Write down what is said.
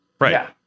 Right